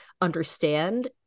understand